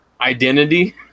Identity